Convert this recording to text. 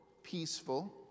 peaceful